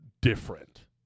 different